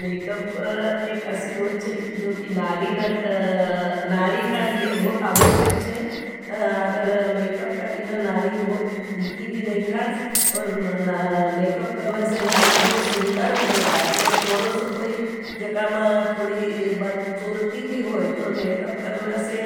मेकप एक ऐसी चीज छे जो की। नारी का लिए बहुत आवश्यक है।। अगर मेकप का भी नारी भी फिकी देखा है। और मेकप करना से नारी बहुत सुन्दर भी देखा है। और थोड़ों सो कोई जकाम थोड़ी बचूरती भी होई। तो मेकअप करने से